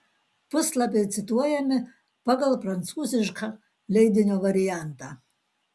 puslapiai cituojami pagal prancūzišką leidinio variantą